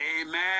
Amen